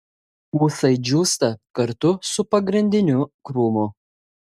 ūsai džiūsta kartu su pagrindiniu krūmu